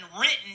written